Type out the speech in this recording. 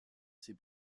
ces